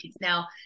Now